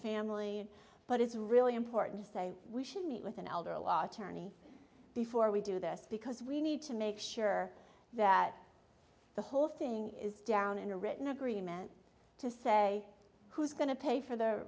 family but it's really important to say we should meet with an elder law attorney before we do this because we need to make sure that the whole thing is down in a written agreement to say who's going to pay for the